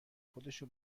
خودشو